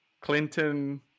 clinton